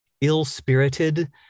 ill-spirited